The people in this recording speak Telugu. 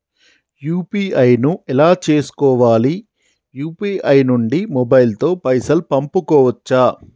యూ.పీ.ఐ ను ఎలా చేస్కోవాలి యూ.పీ.ఐ నుండి మొబైల్ తో పైసల్ పంపుకోవచ్చా?